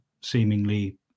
seemingly